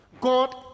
God